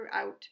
throughout